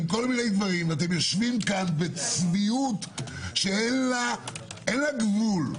יושבים פה בצביעות שאין לה גבול,